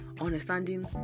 understanding